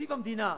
בתקציב המדינה,